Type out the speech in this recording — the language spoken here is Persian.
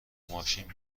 ماشین